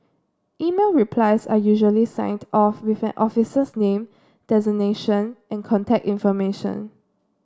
email replies are usually signed off with an officer's name designation and contact information